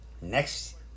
next